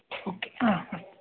okay हा अस्तु